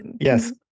Yes